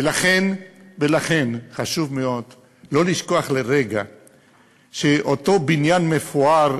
ולכן חשוב מאוד שלא לשכוח לרגע שאותו בניין מפואר,